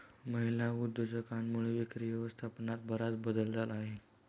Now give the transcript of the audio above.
महिला उद्योजकांमुळे विक्री व्यवस्थापनात बराच बदल झाला आहे